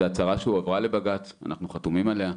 זו הצהרה שהועברה לבג"צ, אנחנו חתומים עליה,